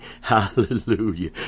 Hallelujah